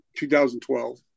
2012